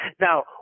Now